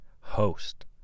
Host